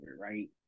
right